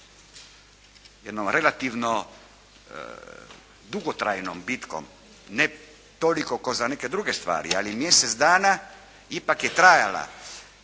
jednom relativno dugotrajnom bitkom ne toliko kao za neke druge stvari ali mjesec dana ipak je trajala